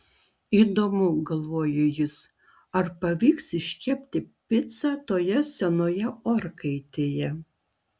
įdomu galvojo jis ar pavyks iškepti picą toje senoje orkaitėje